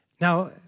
Now